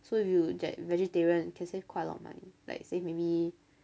so if you get vegetarian can save quite a lot of money like say maybe